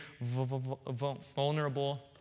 vulnerable